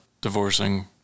divorcing